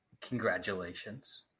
Congratulations